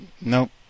Nope